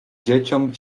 dzieciom